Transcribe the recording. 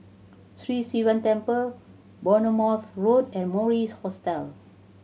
Sri Sivan Temple Bournemouth Road and Mori's Hostel